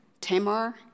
Tamar